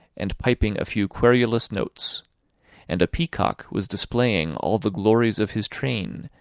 and piping a few querulous notes and a peacock was displaying all the glories of his train,